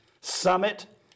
Summit